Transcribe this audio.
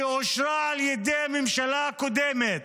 שאושרה על ידי הממשלה הקודמת,